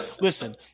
Listen